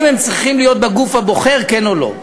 אם הם צריכים להיות בגוף הבוחר, כן או לא,